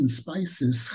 spices